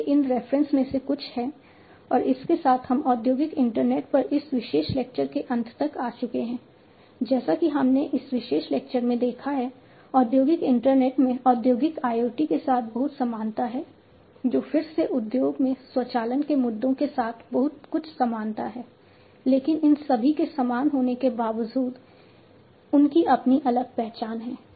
ये इन रेफरेंसेस में से कुछ हैं और इसके साथ हम औद्योगिक इंटरनेट पर इस विशेष लेक्चर के अंत तक आ चुके हैं जैसा कि हमने इस विशेष लेक्चर में देखा है औद्योगिक इंटरनेट में औद्योगिक IoT के साथ बहुत समानता है जो फिर से उद्योग में स्वचालन के मुद्दों के साथ बहुत कुछ समानता है लेकिन इन सभी के समान होने के बावजूद उनकी अपनी अलग पहचान है